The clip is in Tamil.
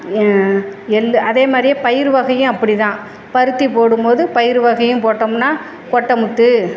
எள்ளு அதே மாதிரியே பயிறு வகையும் அப்படி தான் பருத்தி போடும் போது பயிறு வகையும் போட்டோம்னா கொட்டைமுத்து